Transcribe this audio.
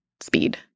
speed